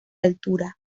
altura